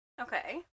Okay